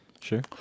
Sure